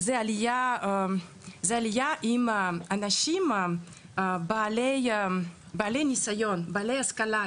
זו עלייה עם אנשים בעלי ניסיון, בעלי השכלה.